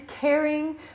caring